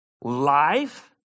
life